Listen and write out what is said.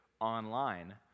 online